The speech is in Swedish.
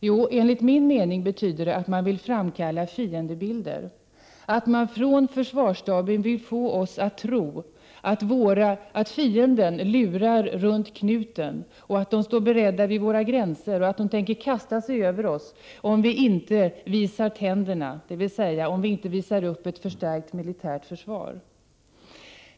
Jo, enligt min mening betyder det att man vill framkalla fiendebilder, att försvarsstaben vill få oss att tro att fienden lurar runt knuten, står beredd vid våra gränser och tänker kasta sig över oss om vi inte ”visar tänderna”, dvs. om vi inte visar upp ett förstärkt militärt försvar.